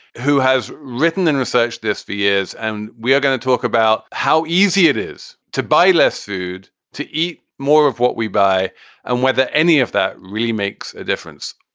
who has written and researched this for years. and we are going to talk about how easy it is to buy less food, to eat more of what we buy and whether any of that really makes a difference.